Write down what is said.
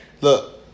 Look